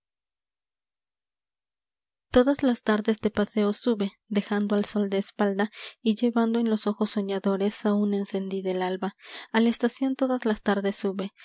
odas las tardes de paseo sube a dejando al sol de espalda y llevando en los ojos sonadores aun encendida el alba a la estación todas las tardes sube